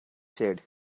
said